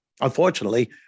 Unfortunately